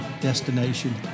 destination